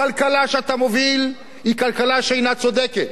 הכלכלה שאתה מוביל היא כלכלה שאינה צודקת,